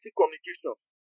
communications